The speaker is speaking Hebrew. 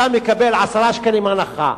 אתה מקבל 10 שקלים הנחה,